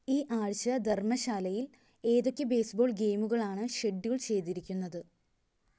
ഈ ആഴ്ച്ച ധർമ്മശാലയിൽ ഏതൊക്കെ ബേസ്ബോൾ ഗെയിമുകളാണ് ഷെഡ്യൂൾ ചെയ്തിരിക്കുന്നത്